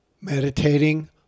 Meditating